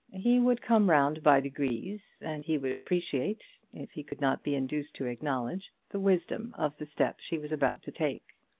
he would come round by degrees, and he would appreciate, if he could not be induced to acknowledge, the wisdom of the step she was about to take.